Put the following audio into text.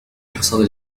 حصل